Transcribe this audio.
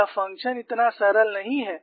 यह फ़ंक्शन इतना सरल नहीं है